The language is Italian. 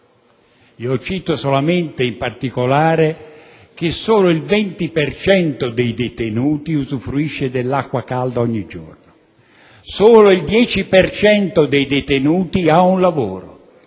Cito solamente, in particolare, che solo il 20 per cento dei detenuti usufruisce dell' acqua calda ogni giorno. Solo il 10 per cento dei detenuti ha un lavoro: